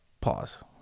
Pause